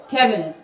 Kevin